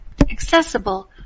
accessible